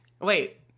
Wait